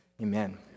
Amen